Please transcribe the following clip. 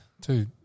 Two